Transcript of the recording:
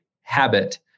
habit